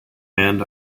hand